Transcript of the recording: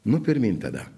nu pirmyn tada